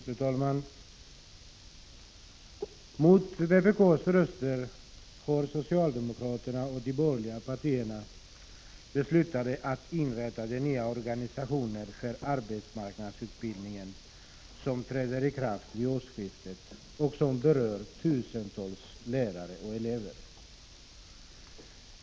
Fru talman! Mot vpk:s röster har socialdemokraterna och de borgerliga partierna beslutat att inrätta den nya organisationen för arbetsmarknadsutbildningen som träder i kraft vid årsskiftet och som berör tusentals lärare och elever.